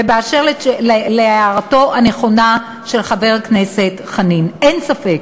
ובאשר להערתו הנכונה של חבר הכנסת חנין, אין ספק